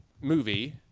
movie